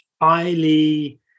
highly